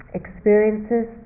experiences